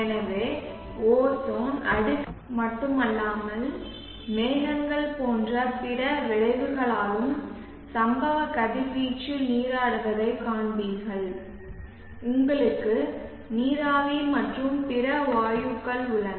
எனவே ஓசோன் அடுக்கு காரணமாக மட்டுமல்லாமல் மேகங்கள் போன்ற பிற விளைவுகளாலும் சம்பவ கதிர்வீச்சில் நீராடுவதைக் காண்பீர்கள் உங்களுக்கு நீராவி மற்றும் பிற வாயுக்கள் உள்ளன